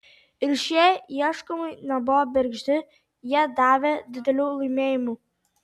ir šie ieškojimai nebuvo bergždi jie davė didelių laimėjimų